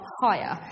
higher